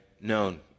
known